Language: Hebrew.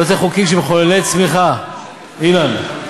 אתה לא רוצה חוקים שהם מחוללי צמיחה, אילן?